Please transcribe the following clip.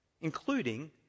including